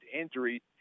injury